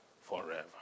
forever